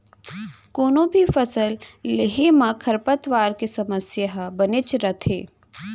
कोनों भी फसल लेहे म खरपतवार के समस्या ह बनेच रथे